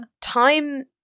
time